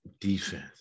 defense